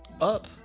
up